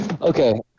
Okay